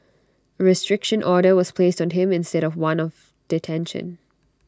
A restriction order was placed on him instead of one of detention